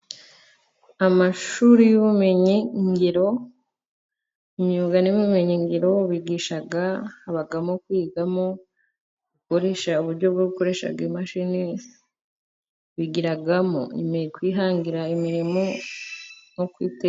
Amashuri y'ubumenyingiro, imyuga n'ubumenyingiro bigisha habamo kwigamo gukoresha uburyo bwo gukoresha imashini ,bigiramo kwihangira imirimo nko kwite.....